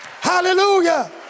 Hallelujah